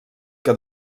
que